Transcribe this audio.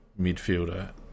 midfielder